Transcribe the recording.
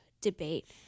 debate